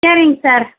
சேரிங்க சார்